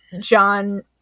John